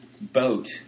boat